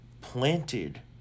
planted